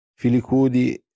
Filicudi